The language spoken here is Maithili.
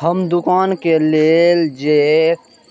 हम दुकान के लेल जे